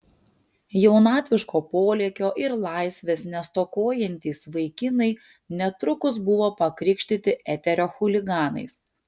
jaunatviško polėkio ir laisvės nestokojantys vaikinai netrukus buvo pakrikštyti eterio chuliganais